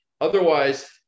otherwise